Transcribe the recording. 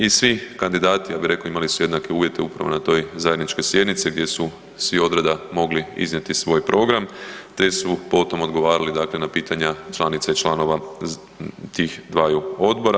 I svi kandidati ja bi rekao imali su jednake uvjete upravo na toj zajedničkoj sjednici gdje su svi odreda mogli iznijeti svoj program te su potom odgovarali na pitanja dakle članica i članova tih dvaju odbora.